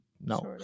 No